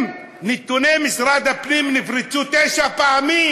אם נתוני משרד הפנים נפרצו תשע פעמים,